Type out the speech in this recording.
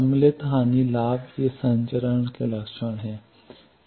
सम्मिलन हानि लाभ ये संचरण के लक्षण हैं